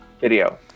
video